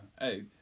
Hey